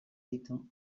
ditu